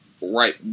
right